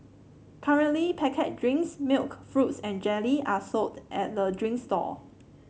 currently packet drinks milk fruits and jelly are sold at the drinks stall